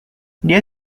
dia